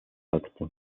акта